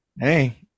Hey